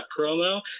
promo